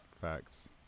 facts